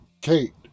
kate